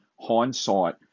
hindsight